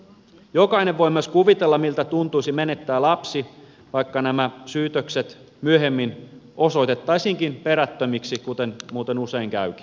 jokainen voi myös kuvitella miltä tuntuisi menettää lapsi vaikka nämä syytökset myöhemmin osoitettaisiinkin perättömiksi kuten muuten usein käykin